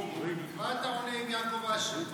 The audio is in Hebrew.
מה אתה עונה עם יעקב אשר?